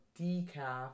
decaf